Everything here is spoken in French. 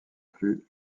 plus